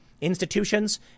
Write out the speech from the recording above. institutions